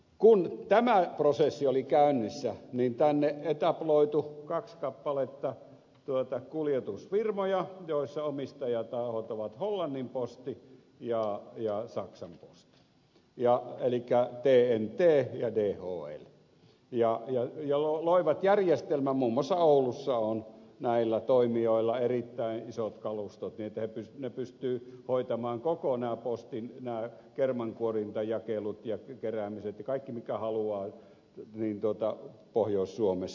kun tämä prosessi oli käynnissä niin tänne etabloitui kaksi kappaletta kuljetusfirmoja joissa omistajatahot ovat hollannin posti ja saksan posti elikkä tnt ja dhl ja ne loivat järjestelmän muun muassa oulussa on näillä toimijoilla erittäin isot kalustot niin että ne pystyvät hoitamaan koko nämä postin kermankuorintajakelut ja keräämiset ja kaikki mitkä haluavat pohjois suomessa